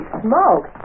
smoke